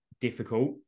difficult